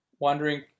wondering